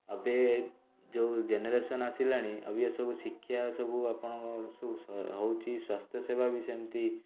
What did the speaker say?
ଏବେ ଯୋଉ ଜେନେରେସନ୍ ଆସିଲାଣି ଅବିକା ସବୁ ଶିକ୍ଷା ସବୁ ଆପଣଙ୍କ ସବୁ ସ ହେଉଛି ସ୍ୱାସ୍ଥ୍ୟସେବା ବି ସେମିତି